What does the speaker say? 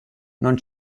non